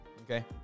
Okay